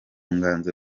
nganzo